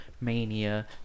Mania